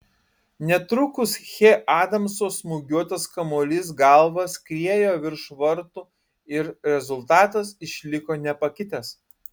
netrukus che adamso smūgiuotas kamuolys galva skriejo virš vartų ir rezultatas išliko nepakitęs